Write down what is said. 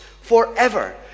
forever